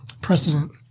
precedent